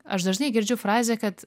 aš dažnai girdžiu frazę kad